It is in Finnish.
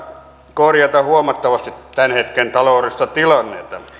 korjattua huomattavasti tämän hetken taloudellista tilannetta